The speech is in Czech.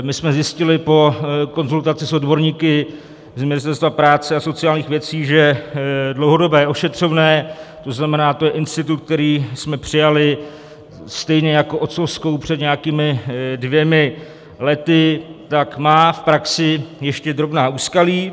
My jsme zjistili po konzultaci s odborníky z Ministerstva práce a sociálních věcí, že dlouhodobé ošetřovné, to znamená institut, který jsme přijali stejně jako otcovskou před dvěma lety, má v praxi ještě drobná úskalí.